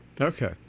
Okay